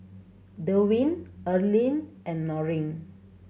Darwyn Erling and Loring